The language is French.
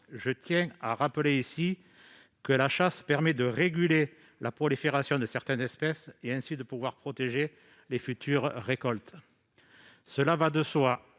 je tiens à rappeler que la chasse permet de réguler la prolifération de certaines espèces, et ainsi de protéger les futures récoltes. Il va de soi